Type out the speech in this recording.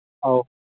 ꯑꯧ